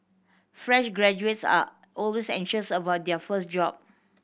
fresh graduates are always anxious about their first job